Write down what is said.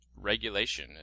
regulation